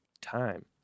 time